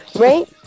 right